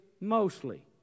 mostly